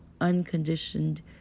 unconditioned